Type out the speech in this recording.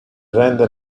rende